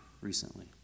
recently